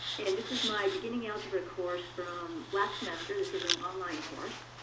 and this is my beginning algebra course from last semester. this is an online course.